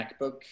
MacBook